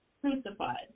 crucified